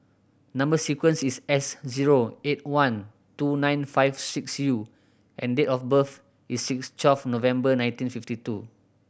number sequence is S zero eight one two nine five six U and date of birth is twelve November nineteen fifty two